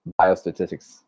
biostatistics